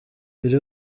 mbere